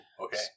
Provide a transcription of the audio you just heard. okay